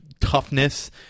Toughness